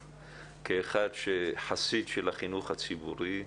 כחסיד של החינוך הציבורי,